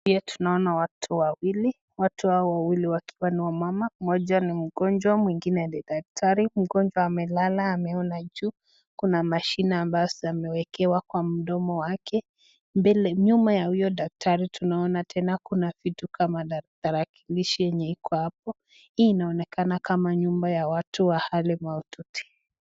Tunaona watu wawili, watu hao wawili wakiwa ni wamama. Mmoja ni mgonjwa, mwingine ni daktari. Mgonjwa amelala ameona juu, kuna mashini ambazo ameekewa kwa mdomo wake, nyuma ya huyo daktari tunaona tena kuna vitu kama tarakilishi yenye iko hapo. Hii inaonekana kama nyumba ya watu wa hali mahututi.